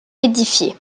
édifié